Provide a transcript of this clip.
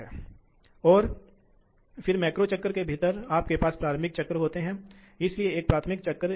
मैंने एक गलती की अब हम कैसे वापस लौटेंगे हमारे पास नहीं है ठीक है